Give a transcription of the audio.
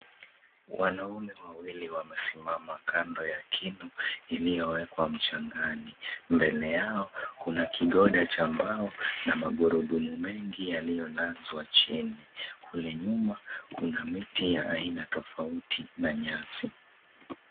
Wanaume wawili wamesimama kando ya kinu iliyowekwa mchangani. Mbele yao kuna kigoda cha mbao na magurudumu mengi yaliyolazwa chini. Kule nyuma kuna miti ya aina tofauti na nyasi.